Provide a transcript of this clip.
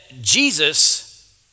Jesus